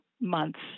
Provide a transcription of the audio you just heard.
months